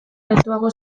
gertuago